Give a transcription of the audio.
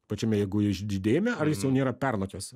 pačiame jėgų žy žydėjime ar jis jau nėra pernokęs